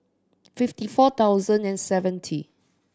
fifty four thousand and seventy